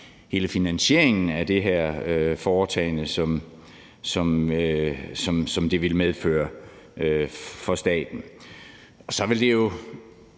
hele finansieringen af det her foretagende, som det ville medføre for staten. Og så ville det jo